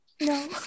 No